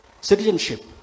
citizenship